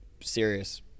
serious